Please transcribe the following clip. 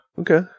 Okay